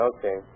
Okay